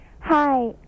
Hi